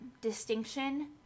distinction